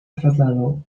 trasladó